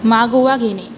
मागोवा घेणे